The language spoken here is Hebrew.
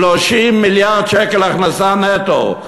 30 מיליארד שקל הכנסה נטו.